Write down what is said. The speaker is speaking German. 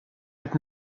mit